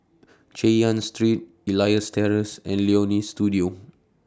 Chay Yan Street Elias Terrace and Leonie Studio